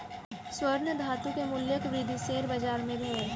स्वर्ण धातु के मूल्यक वृद्धि शेयर बाजार मे भेल